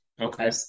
Okay